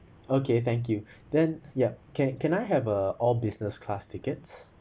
okay thank you then ya can can I have uh all business class tickets